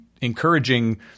encouraging